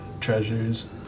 treasures